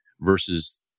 versus